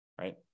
right